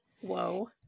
Whoa